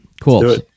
cool